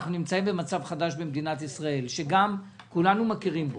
אנחנו נמצאים במצב חדש במדינת ישראל שכולנו מכירים בו.